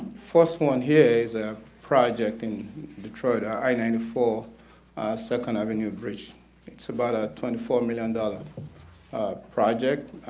first one here is a project in detroit i ninety four second avenue bridge it's about a twenty four million dollar project.